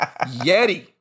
Yeti